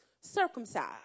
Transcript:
circumcised